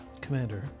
Commander